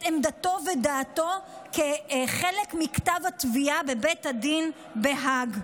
עמדתו ודעתו כחלק מכתב התביעה בבית הדין בהאג.